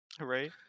Right